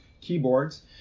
keyboards